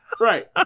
right